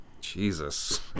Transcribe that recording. Jesus